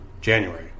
January